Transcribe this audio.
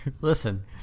listen